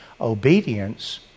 Obedience